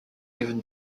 even